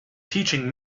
teaching